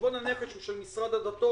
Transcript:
חשבון הנפש הוא של משרד הדתות,